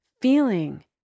feeling